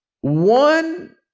one